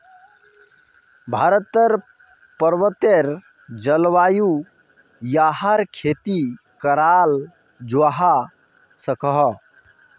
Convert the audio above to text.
भारतेर पर्वतिये जल्वायुत याहर खेती कराल जावा सकोह